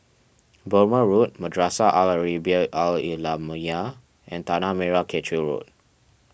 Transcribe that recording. Burmah Road Madrasah Al Arabiah Al Islamiah and Tanah Merah Kechil Road